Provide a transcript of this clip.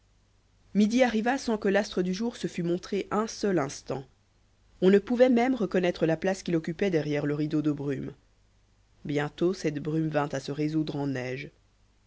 midi arriva sans que l'astre du jour se fût montré un seul instant on ne pouvait même reconnaître la place qu'il occupait derrière le rideau de brume bientôt cette brume vint à se résoudre en neige